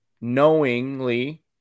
knowingly